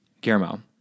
Guillermo